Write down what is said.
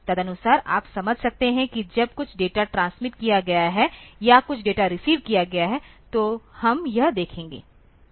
तदनुसार आप समझ सकते हैं कि जब कुछ डेटा ट्रांसमिट किया गया है या कुछ डेटा रिसीव किया गया है तो हम यह देखेंगे